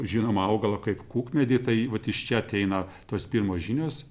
žinomą augalą kaip kukmedį tai vat iš čia ateina tos pirmos žinios